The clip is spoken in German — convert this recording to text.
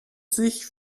sich